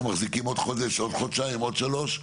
מחזיקים עוד חודש עוד חודשיים עוד שלוש.